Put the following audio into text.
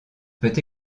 peut